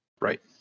Right